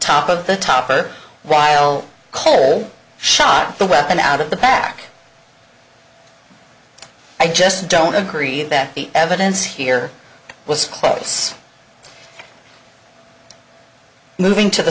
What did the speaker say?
top of the top or while cole shot the weapon out of the back i just don't agree that the evidence here was close moving to the